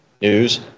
news